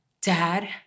Dad